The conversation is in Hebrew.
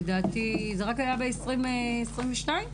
ב-2022.